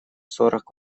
сорок